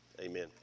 Amen